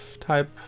type